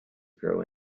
grow